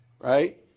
right